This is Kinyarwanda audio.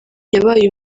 yabaye